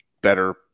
better